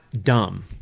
dumb